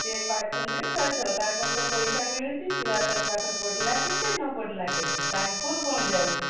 ସେ ପାଠ ନା ସାଠ ତାଙ୍କର ତ ପଇସା ମିଳୁଛି ଛୁଆଁ ତାର ପାଠ ପଢ଼ିଲା କେତେ ନ ପଢ଼ିଲା କେତେ ତାଙ୍କର କ'ଣ ଯାଉଛି